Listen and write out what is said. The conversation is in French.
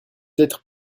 être